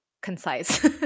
concise